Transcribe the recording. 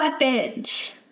Weapons